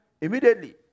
immediately